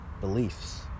beliefs